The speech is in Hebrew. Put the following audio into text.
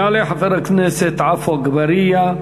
יעלה חבר הכנסת עפו אגבאריה,